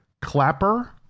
clapper